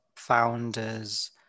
founders